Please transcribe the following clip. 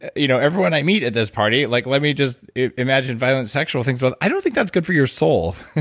you know everyone i meet at this party, like let me just imagine violent, sexual things. but i don't think that's good for your soul